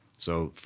so,